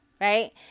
right